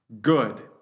Good